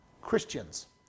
Christians